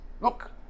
Look